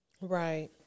Right